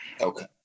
Okay